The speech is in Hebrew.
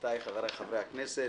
חברותיי וחבריי חברי הכנסת,